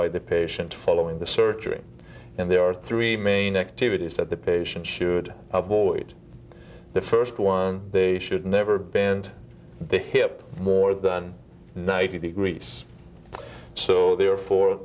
by the patient following the surgery and there are three main activities that the patient should avoid the first one they should never banned the hip more than ninety degrees so therefore